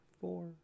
four